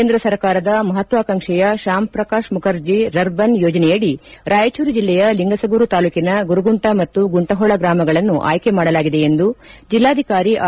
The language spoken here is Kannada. ಕೇಂದ್ರ ಸರ್ಕಾರದ ಮಹತ್ವಕಾಂಕ್ಷೆಯ ಶಾಮ ಪ್ರಸಾದ್ ಮುಖರ್ಜಿ ರುರ್ಬನ್ ಯೋಜನೆಯಡಿ ರಾಯಚೂರು ಜಿಲ್ಲೆಯ ಲಂಗಸಗೂರು ತಾಲೂಕಿನ ಗುರುಗುಂಟಾ ಮತ್ತು ಗುಂಟಹೋಳ ಗ್ರಾಮಗಳನ್ನು ಆಯ್ಕೆ ಮಾಡಲಾಗಿದೆ ಎಂದು ಜಿಲ್ಲಾಧಿಕಾರಿ ಆರ್